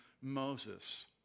Moses